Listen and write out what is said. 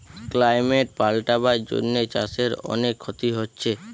climate পাল্টাবার জন্যে চাষের অনেক ক্ষতি হচ্ছে